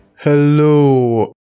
hello